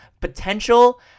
potential